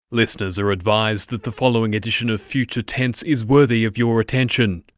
listeners are advised that the following edition of future tense is worthy of your attention.